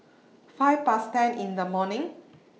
five Past ten in The morning